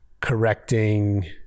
correcting